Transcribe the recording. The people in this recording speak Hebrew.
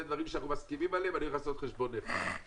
דברים שאנחנו מסכימים עליהם ואני אלך לעשות חשבון נפש.